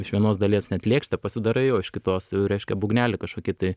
iš vienos dalies net lėkštę pasidarai o iš kitos reiškia būgnelį kažkokį tai